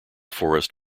forest